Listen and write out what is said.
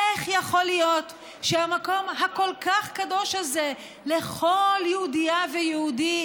איך יכול להיות שהמקום הכל-כך קדוש הזה לכל יהודייה ויהודי,